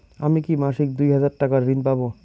আমি কি মাসিক দুই হাজার টাকার ঋণ পাব?